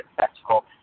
successful